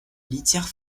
litière